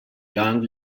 young